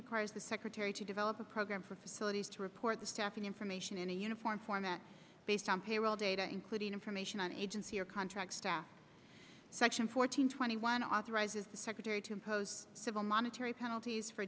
requires the secretary to develop a program for facilities to report the staffing information in a uniform format based on payroll data including information on agency or contract staff section four hundred twenty one authorizes the secretary to impose civil monetary penalties for